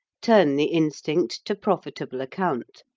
turn the instinct to profitable account,